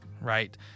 right